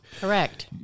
correct